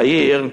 יאיר,